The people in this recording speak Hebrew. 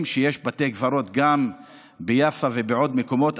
שיש בתי קברות גם ביפו ובעוד מקומות,